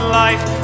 life